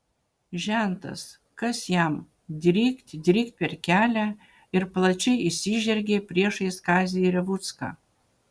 žentas kas jam drykt drykt per kelią ir plačiai išsižergė priešais kazį revucką